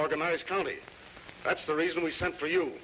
modernized county that's the reason we sent for you